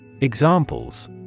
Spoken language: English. Examples